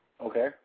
Okay